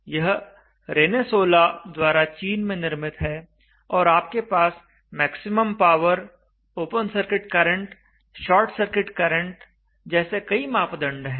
यह रेनेसोला द्वारा चीन में निर्मित है और आपके पास maximum power open circuit current short circuit current जैसे कई मापदंड हैं